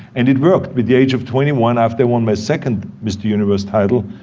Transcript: and it worked, by the age of twenty one, after i won my second mr. universe title,